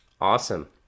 Awesome